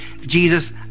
Jesus